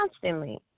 constantly